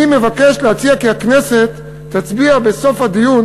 אני מבקש להציע כי הכנסת תצביע בסוף הדיון